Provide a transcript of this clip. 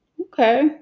Okay